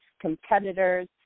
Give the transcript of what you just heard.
competitors